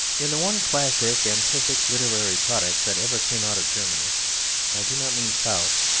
in the one classic and perfect literary product that ever came out of germany i do not mean faust,